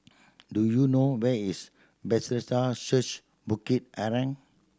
do you know where is Bethesda Church Bukit Arang